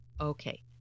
Okay